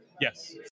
Yes